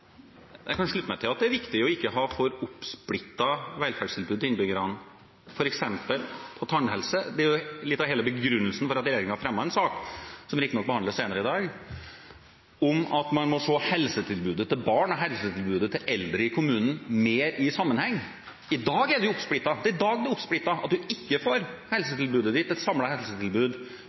Jeg kan slutte meg til at det er viktig ikke å ha for oppsplittede velferdstilbud til innbyggerne, f.eks. på tannhelse. Det er jo litt av hele begrunnelsen for at regjeringen fremmet en sak, som riktignok behandles senere i dag, om at man må se helsetilbudet til barn og helsetilbudet til eldre i kommunen mer i sammenheng. Det er jo i dag det er oppsplittet, slik at man ikke får et samlet helsetilbud fra kommunen. Vi har foreslått at kommunen skal få et større ansvar for helsetilbudet